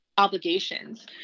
obligations